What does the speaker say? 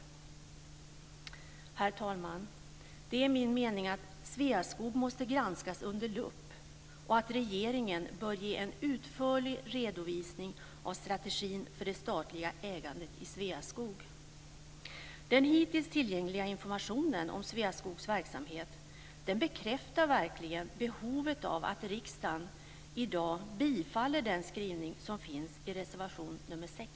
Herr talman! Det är min mening att Sveaskog måste granskas under lupp och att regeringen bör ge en utförlig redovisning av strategin för det statliga ägandet i Sveaskog. Den hittills tillgängliga informationen om Sveaskogs verksamhet bekräftar verkligen behovet av att riksdagen i dag bifaller den skrivning som finns i reservation nr 6.